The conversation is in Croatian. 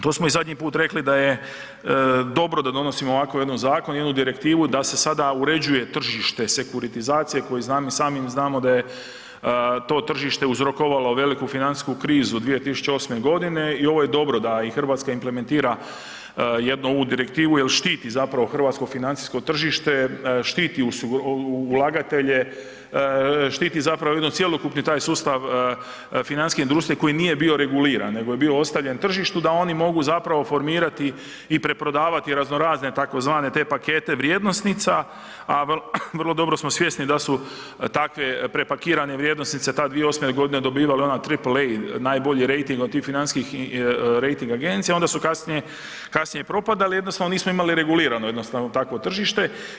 To smo i zadnji put rekli da je dobro da donosimo ovakav jedan zakon, jednu direktivu da se sada uređuje tržište sekuritizacije koju znamo i sami znamo da je to tržište uzrokovalo veliku financijsku krizu 2008. g. i ovo je dobro da i Hrvatska implementira jednu ovu direktivu jer štiti zapravo hrvatsko financijsko tržište, štiti ulagatelje, štiti zapravo jedan cjelokupni taj sustav financijske industrije koji nije bio reguliran nego je bio ostavljen tržištu da oni mogu zapravo formirati i preprodavati razno razne tzv. te pakete vrijednosnica, a vrlo dobro smo svjesni da su takve prepakirane vrijednosnice tad, 2008. g. onaj Triple A, najbolji rejting od tih financijskih rejting agencija, onda su kasnije propadali, jednostavno nismo imali regulirano jednostavno takvo tržište.